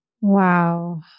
Wow